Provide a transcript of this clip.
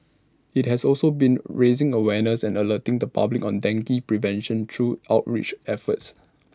IT has also been raising awareness and alerting the public on dengue prevention through outreach efforts